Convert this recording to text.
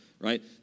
Right